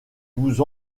douze